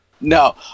No